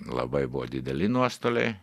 labai buvo dideli nuostoliai